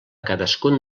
cadascun